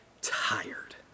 tired